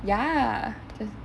ya 就是